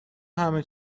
همه